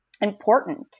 important